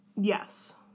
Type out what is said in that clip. Yes